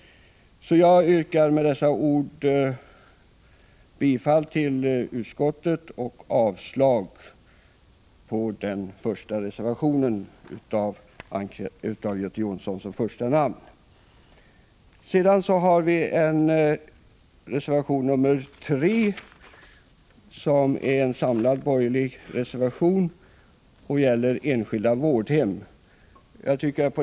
Med dessa ord yrkar jag bifall till utskottets hemställan på denna punkt och avslag på reservation I med Göte Jonsson som första namn. Reservation 3, som är en samlad borgerlig reservation, gäller enskilda vårdhem.